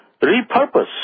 repurpose